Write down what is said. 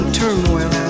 turmoil